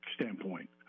standpoint